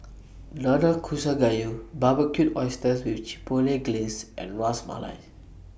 Nanakusa Gayu Barbecued Oysters with Chipotle Glaze and Ras Malai